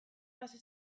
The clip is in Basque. hasi